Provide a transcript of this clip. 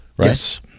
Yes